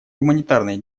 гуманитарной